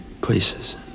places